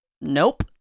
Nope